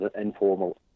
informal